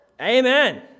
Amen